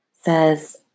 says